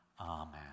Amen